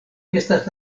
estas